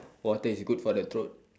water is good for the throat